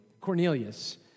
Cornelius